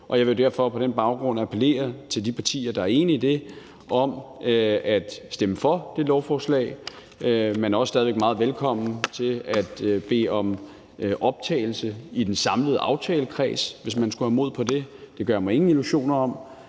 Jeg vil derfor på den baggrund appellere til de partier, der er enige i det, om at stemme for det lovforslag. Man er også stadig væk meget velkommen til at bede om optagelse i den samlede aftalekreds, hvis man skulle have mod på det, det gør jeg mig ingen illusioner om,